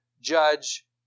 judge